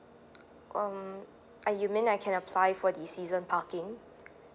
um are you mean I can apply for the season parking